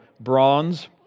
bronze